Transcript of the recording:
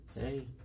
Hey